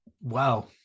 Wow